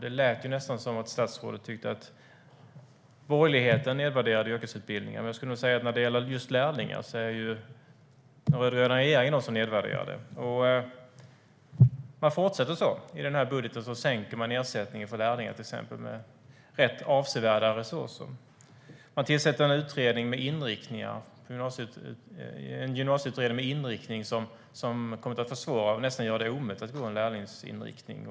Det lät nästan som att statsrådet tyckte att borgerligheten nedvärderar yrkesutbildning, men när det gäller lärlingar är det den rödgröna regeringen som nedvärderar. Och man fortsätter så. I budgeten sänker man ersättningen till lärlingar rätt avsevärt. Man tillsätter en gymnasieutredning med en inriktning som kommit att försvåra och nästan göra det omöjligt att gå en lärlingsinriktning.